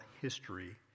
history